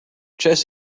chess